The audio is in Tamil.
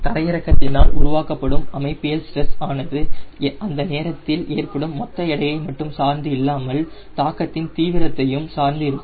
தரையிறக்கத்தினால் உருவாக்கப்படும் அமைப்பியல் ஸ்ட்ரெஸ் ஆனது அந்த நேரத்தில் ஏற்படும் மொத்த எடையை மட்டும் சார்ந்து இல்லாமல் தாக்கத்தின் தீவிரத்தையும் சார்ந்து இருக்கும்